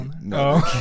No